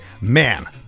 man